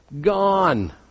gone